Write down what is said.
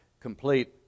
complete